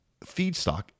feedstock